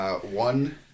one